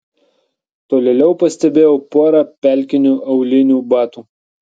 tolėliau pastebėjau porą pelkinių aulinių batų